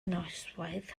noswaith